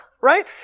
Right